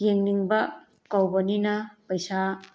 ꯌꯦꯡꯅꯤꯡꯕ ꯀꯧꯕꯅꯤꯅ ꯄꯩꯁꯥ